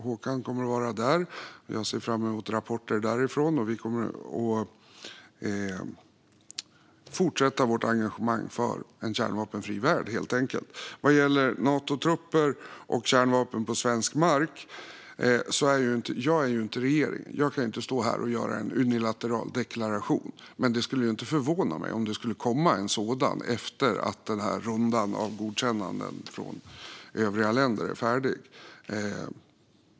Håkan kommer också att vara där. Jag ser fram emot rapporter därifrån. Vi kommer helt enkelt att fortsätta vårt engagemang för en kärnvapenfri värld. Vad gäller Natotrupper och kärnvapen på svensk mark sitter jag inte i regeringen. Jag kan inte stå här och göra en unilateral deklaration. Men det skulle inte förvåna mig om det skulle komma en sådan efter att rundan av godkännanden från övriga länder är färdig.